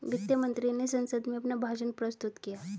वित्त मंत्री ने संसद में अपना भाषण प्रस्तुत किया